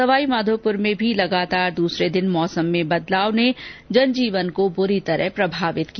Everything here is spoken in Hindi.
सवाईमाघोपुर में भी लगातार दूसरे दिन मौसम में बदलाव ने जनजीवन को बुरी तरह प्रभावित किया